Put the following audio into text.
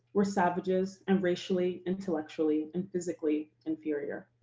were savages and racially, intellectually, and physically inferior.